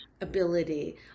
ability